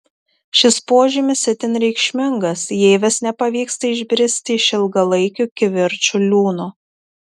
šis požymis itin reikšmingas jei vis nepavyksta išbristi iš ilgalaikių kivirčų liūno